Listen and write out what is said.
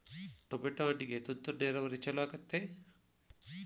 Tomato ಹಣ್ಣಿಗೆ ತುಂತುರು ನೇರಾವರಿ ಛಲೋ ಆಕ್ಕೆತಿ?